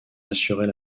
assurait